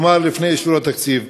כלומר לפני אישור התקציב,